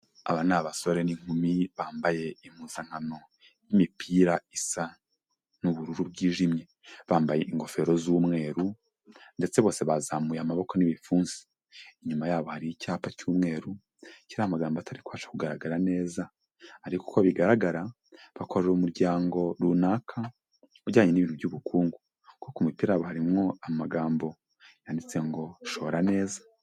Aba ni abasore n'inkumi bambaye impuzankano y'imipira isa n'ubururu bwijimye, bambaye ingofero z'umweru ndetse bose bazamuye amaboko n'ibipfunsi, inyuma yabo hari icyapa cy'umweru kiriho magambo atari kubasha kugaragara neza, ariko uko bigaragara bakorera umuryango runaka ujyanye n'ibintu by'ubukungu, kuko ku mipira yabo harimwo amagambo yanditse ngo shora neza.